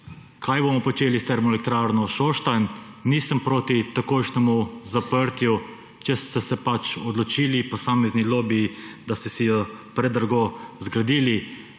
kaj bomo počeli s termoelektrarno Šoštanj. Nisem proti takojšnjemu zaprtju, če ste se pač odločili posamezni lobiji, da ste si jo predrago zgradili,